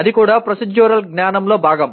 అది కూడా ప్రోసీడ్యురల్ జ్ఞానంలో భాగం